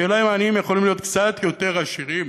השאלה היא אם העניים יכולים להיות קצת יותר עשירים